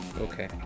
Okay